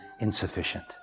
insufficient